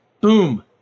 boom